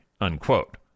unquote